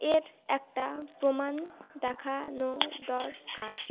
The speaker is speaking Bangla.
এর একটা প্রমাণ দেখানো দরকার